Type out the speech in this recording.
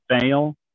fail